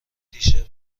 دیشب